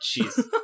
jeez